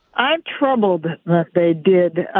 i'm troubled that they did,